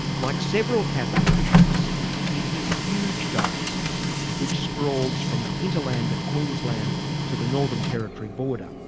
like several catholic bishops in his huge diocese which sprawls from the hinterland of queensland to the northern territory border,